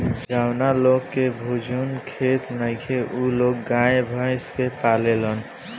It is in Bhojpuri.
जावना लोग के भिजुन खेत नइखे उ लोग गाय, भइस के पालेलन